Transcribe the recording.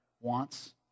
wants